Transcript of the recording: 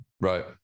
Right